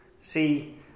See